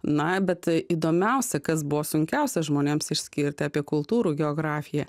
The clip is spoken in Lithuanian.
na bet įdomiausia kas buvo sunkiausia žmonėms išskirta apie kultūrų geografiją